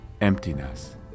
emptiness